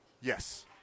Yes